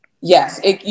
Yes